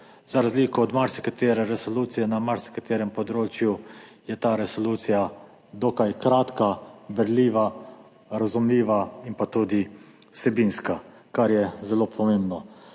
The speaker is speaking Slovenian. Za razliko od marsikatere resolucije na marsikaterem področju je ta resolucija dokaj kratka, berljiva, razumljiva in tudi vsebinska, kar je zelo pomembno.